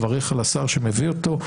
מברך את השר שמביא אותו.